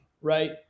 right